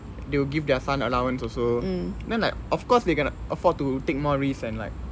they will give their son allowance also then like of course they can afford to take more risk and like